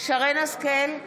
שרן מרים השכל,